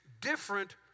different